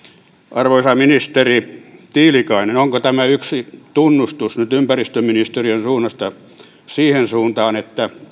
arvoisa ministeri tiilikainen onko tämä että asetusta on tähän suuntaan lähdetty muuttamaan yksi tunnustus nyt ympäristöministeriön suunnasta siihen suuntaan että